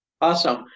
Awesome